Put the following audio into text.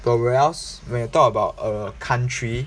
but where else when you talk about a country